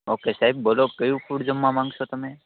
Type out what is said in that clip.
okay સાહેબ બોલો ક્યું ફૂડ જમવા માંગશો તમે